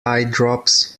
eyedrops